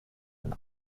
and